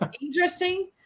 interesting